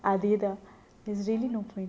அதேதா:athetha this really no point